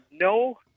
no